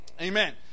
amen